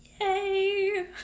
yay